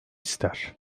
ister